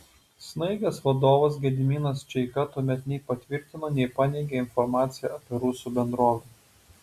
snaigės vadovas gediminas čeika tuomet nei patvirtino nei paneigė informaciją apie rusų bendrovę